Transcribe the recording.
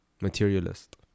materialist